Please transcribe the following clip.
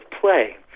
play